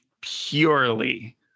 purely